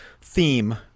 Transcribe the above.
theme